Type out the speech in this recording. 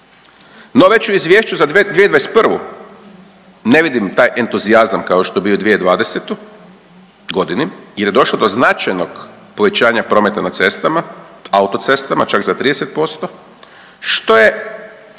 No već u izvješću za 2021. ne vidim taj entuzijazam kao što je bio u 2020.g. jer je došlo do značajnog povećanja prometa na cestama, autocestama čak za 30% što je